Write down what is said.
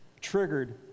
triggered